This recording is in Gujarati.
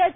એચ